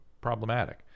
problematic